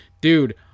dude